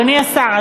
אדוני השר,